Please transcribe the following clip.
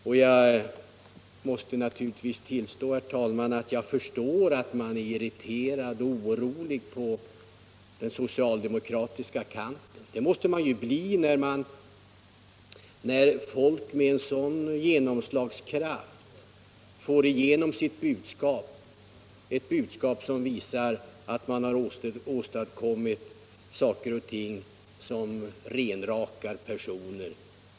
Jag måste naturligtvis tillstå, herr talman, att jag förstår att man är irriterad och orolig på den socialdemokratiska kanten. Det måste man bli när folk utanför det här huset med stor genomslagskraft påvisar orimligheten i Haga-uppgörelsen.